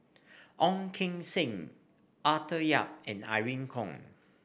Ong Keng Sen Arthur Yap and Irene Khong